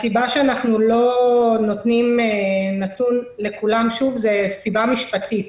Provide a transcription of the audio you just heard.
הסיבה שאנחנו לא נותנים נתון לכולם זו סיבה משפטית.